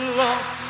lost